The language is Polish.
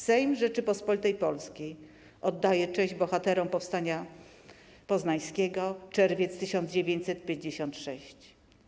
Sejm Rzeczypospolitej Polskiej oddaje cześć bohaterom Powstania Poznańskiego - Czerwiec 1956.